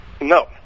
No